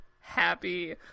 happy